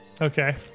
Okay